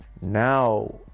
now